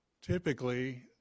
Typically